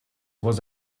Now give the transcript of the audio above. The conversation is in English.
was